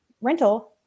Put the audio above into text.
rental